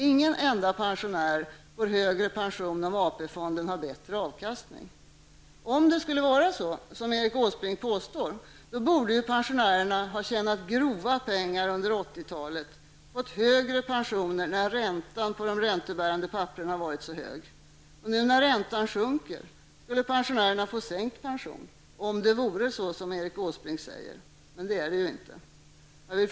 Ingen enda pensionär får högre pension om AP-fonden har bättre avkastning. Om det skulle vara som Erik Åsbrink påstår, borde pensionärerna ha tjänat grova pengar under 80 talet och fått högre pensioner när räntan på de räntebärande papperen har varit så hög. Nu när räntan sjunker skulle pensionärerna få sänkt pension. Men nu är det inte så.